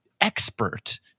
expert